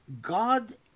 God